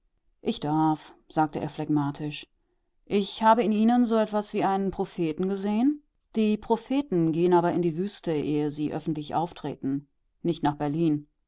ich darf sagte er phlegmatisch ich habe in ihnen so etwas wie einen propheten gesehen die propheten gehen aber in die wüste ehe sie öffentlich auftreten nicht nach berlin